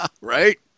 Right